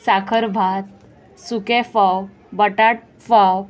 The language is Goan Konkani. साखर भात सुकें फोव बटाट फोव